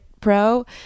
Pro